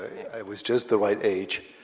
i was just the right age.